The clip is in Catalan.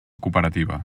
cooperativa